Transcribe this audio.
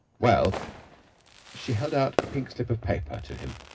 well she held out a pink slip of paper to him